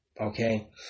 Okay